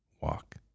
walk